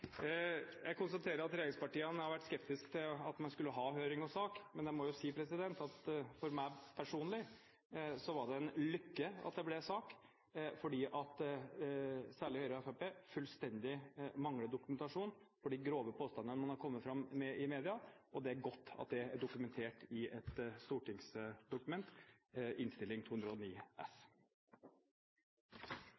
Jeg konstaterer at regjeringspartiene har vært skeptiske til å ha høring og sak, men for meg personlig var det en lykke at det ble sak, fordi særlig Høyre og Fremskrittspartiet fullstendig mangler dokumentasjon for de grove påstandene de har kommet med i media, og det er godt at det er dokumentert i et stortingsdokument – i Innst. 209 S.